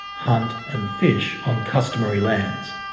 hunt and fish on customary lands.